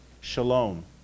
shalom